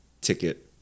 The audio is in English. ticket